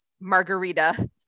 Margarita